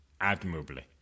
admirably